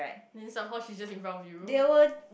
then some how she is just in front of you